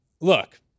look